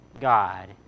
God